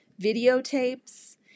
videotapes